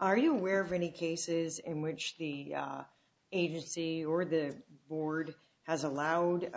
are you aware of any cases in which the agency or the board has allowed